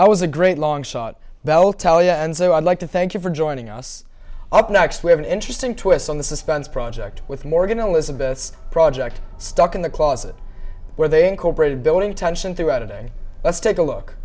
and so i'd like to thank you for joining us up next we have an interesting twist on the suspense project with morgan elizabeth project stuck in the closet where they incorporated building tension throughout today let's take a look